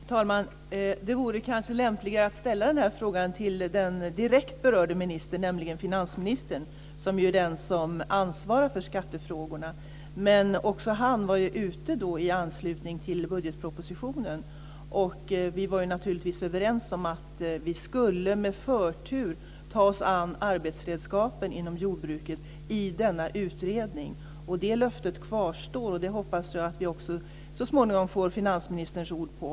Fru talman! Det vore kanske lämpligare att ställa den frågan till den direkt berörde ministern, nämligen finansministern, som ju är den som ansvarar för skattefrågorna. Också han var ju ute i denna fråga i anslutning till budgetpropositionen. Vi var naturligtvis överens om att vi med förtur skulle ta oss an arbetsredskapen inom jordbruket i denna utredning. Det löftet kvarstår, och det hoppas jag att vi så småningom också får finansministerns ord på.